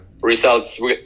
results